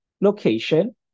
location